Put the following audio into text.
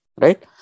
right